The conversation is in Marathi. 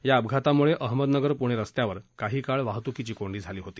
या अपघातामुळे अहमदनगर पुणे रस्त्यावर काही काळ वाहतुकीची कोंडी झाली होती